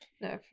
No